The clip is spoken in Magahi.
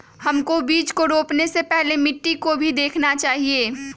हमको बीज को रोपने से पहले मिट्टी को भी देखना चाहिए?